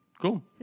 Cool